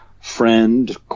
friend